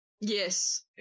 Yes